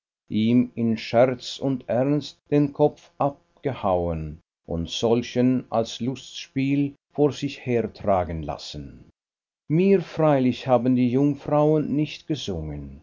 ihm in scherz und ernst den kopf abgehauen und solchen als lustspiel vor sich hertragen lassen mir freilich haben die jungfrauen nicht gesungen